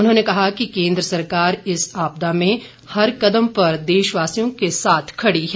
उन्होंने कहा कि केन्द्र सरकार इस आपदा में हर कदम पर देशवासियों के साथ खड़ी है